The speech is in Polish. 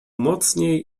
mocniej